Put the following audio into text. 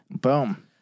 Boom